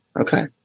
Okay